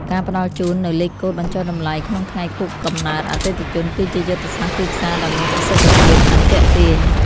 ការផ្ដល់ជូននូវលេខកូដបញ្ចុះតម្លៃក្នុងថ្ងៃខួបកំណើតអតិថិជន គឺជាយុទ្ធសាស្ត្រទីផ្សារដ៏មានប្រសិទ្ធភាព និងទាក់ទាញ។